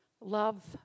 Love